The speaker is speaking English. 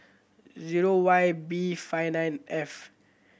zero Y B five nine F